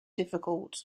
difficult